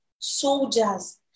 Soldiers